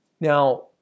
Now